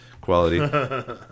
Quality